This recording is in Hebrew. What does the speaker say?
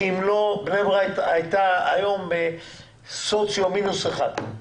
אם לא, בני ברק היום הייתה בסוציו מינוס אחד.